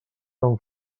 tan